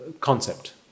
concept